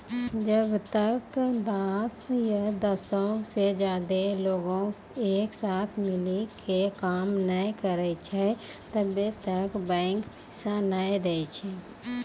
जब्बै तक दस या दसो से ज्यादे लोग एक साथे मिली के काम नै करै छै तब्बै तक बैंक पैसा नै दै छै